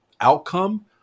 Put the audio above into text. outcome